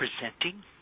presenting